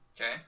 Okay